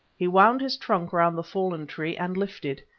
he wound his trunk round the fallen tree and lifted.